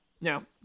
No